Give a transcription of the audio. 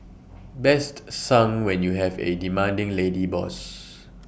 best sung when you have A demanding lady boss